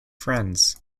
friends